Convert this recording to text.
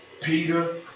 Peter